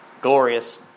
Glorious